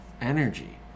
energy